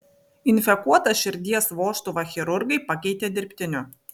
infekuotą širdies vožtuvą chirurgai pakeitė dirbtiniu